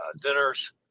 dinners